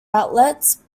outlets